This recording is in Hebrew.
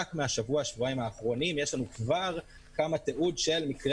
רק מהשבוע-שבועיים האחרונים יש לנו כבר תיעוד של מקרי